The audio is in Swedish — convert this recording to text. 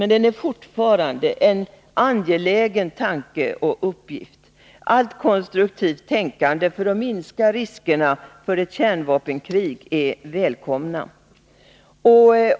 Men det är fortfarande en angelägen tanke och uppgift. Allt konstruktivt tänkande för att minska riskerna för ett kärnvapenkrig är välkommet.